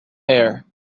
hair